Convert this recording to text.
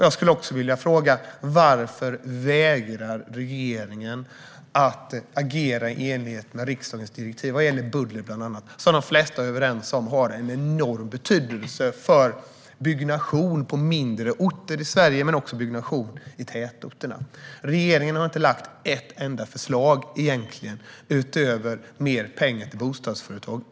Jag skulle också vilja fråga varför regeringen vägrar att agera i enlighet med riksdagens direktiv, bland annat vad gäller buller. De flesta är överens om att detta har en enorm betydelse för byggnation i Sverige, både på mindre orter och i tätorterna. Regeringen har egentligen inte lagt fram ett enda förslag under denna mandatperiod utöver mer pengar till bostadsföretag.